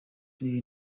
ibi